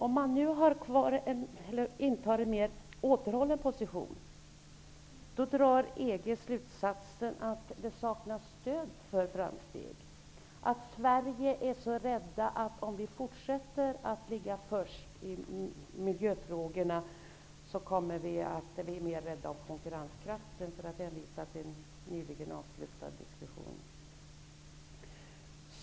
Om Sverige nu intar en mer återhållen position drar EG slutsatsen att det saknas stöd för framsteg. Man tror, för att hänvisa till en nyligen avslutad diskussion, att vi i Sverige är rädda för att förlora konkurrenskraft om vi fortsätter att ligga först i miljöfrågorna.